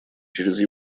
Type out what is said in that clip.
через